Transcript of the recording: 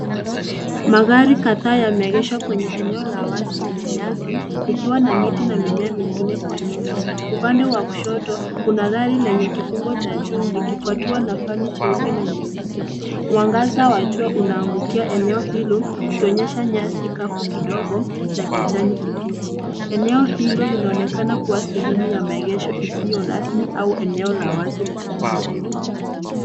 Magari kadhaa yameegeshwa kwenye eneo la wazi lenye nyasi likiwa na miti na mimea mingine kwa nyuma. Upande wa kuna gari lenye kifungo cha juu likifwatiwa na fani nyeupe na nyeusi. Mwangaza wa jua unaangukia eneo hilo ukionyesha nyasi kavu kidogo na kijani kibichi. Eneo hilo linaonekana kuwa sehemu ya maegesho isiyo rasmi au eneo la wazi la vijijini.